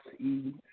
-S